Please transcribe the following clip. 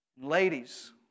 Ladies